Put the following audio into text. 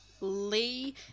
Lee